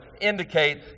indicate